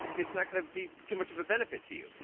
it's not going to be too much of a benefit to you.